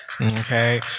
Okay